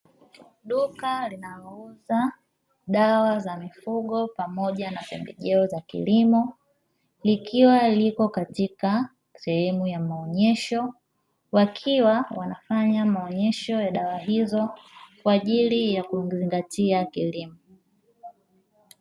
Duka linalouza dawa za mifugo pamoja na pembejeo za kilimo, likiwa lipo katika sehemu ya maonyesho, wakiwa wanafanya maonyesho ya dawa hizo kwa ajili ya kuzingatia kilimo.